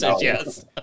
yes